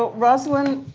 but rosalind,